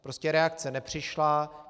Prostě reakce nepřišla.